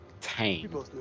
tame